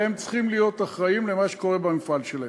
והם צריכים להיות אחראים למה שקורה במפעל שלהם.